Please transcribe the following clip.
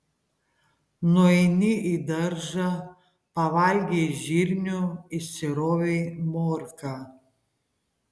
nueini į daržą pavalgei žirnių išsirovei morką